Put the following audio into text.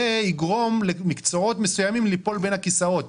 זה יגרום למקצועות מסוימים ליפול בין הכיסאות.